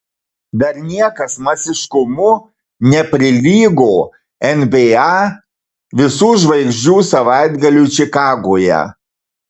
dar niekas masiškumu neprilygo nba visų žvaigždžių savaitgaliui čikagoje